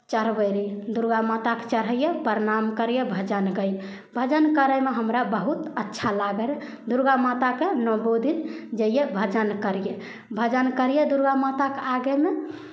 चढ़बै रहियै दुर्गामाताकेँ चढ़ैयै प्रणाम करियै भजन गैयै भजन करयमे हमरा बहुत अच्छा लागै रहै दुर्गामाताके नवो दिन जैयै भजन करियै भजन करियै दुर्गामाताके आगेमे